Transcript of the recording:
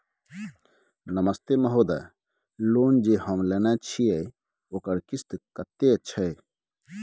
नमस्ते महोदय, लोन जे हम लेने छिये ओकर किस्त कत्ते छै?